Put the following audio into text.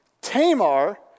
Tamar